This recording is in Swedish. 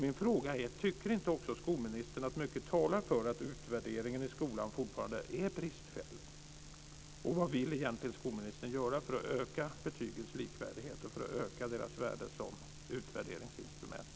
Min fråga är: Tycker inte också skolministern att mycket talar för att utvärderingen i skolan fortfarande är bristfällig, och vad vill egentligen skolministern göra för att öka betygens likvärdighet och för att öka deras värde som utvärderingsinstrument?